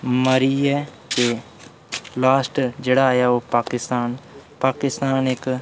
मरी गे लास्ट जेह्ड़ा आया ओह् पाकि्स्तान पाकि्स्तान इक